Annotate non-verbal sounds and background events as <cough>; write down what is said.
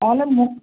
তাহলে <unintelligible>